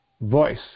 voice